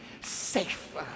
safe